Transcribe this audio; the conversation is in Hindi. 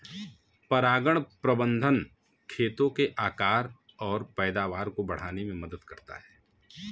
परागण प्रबंधन खेतों के आकार और पैदावार को बढ़ाने में मदद करता है